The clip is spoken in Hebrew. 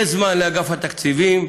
יש זמן לאגף התקציבים,